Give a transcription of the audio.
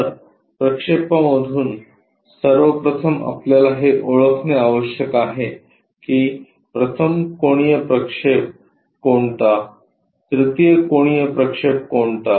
तर प्रक्षेपामधून सर्वप्रथम आपल्याला हे ओळखणे आवश्यक आहे की प्रथम कोनीय प्रक्षेप कोणता तृतीय कोनीय प्रक्षेप कोणता आहे